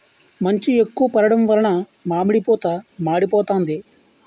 మంచు ఎక్కువ పడడం వలన మామిడి పూత మాడిపోతాంది